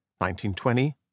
1920